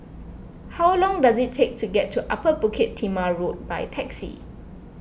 how long does it take to get to Upper Bukit Timah Road by taxi